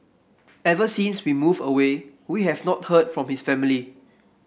ever since we moved away we have not heard from his family